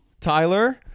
Tyler